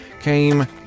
came